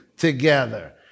together